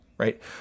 right